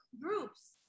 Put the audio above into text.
groups